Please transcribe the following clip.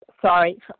Sorry